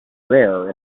rare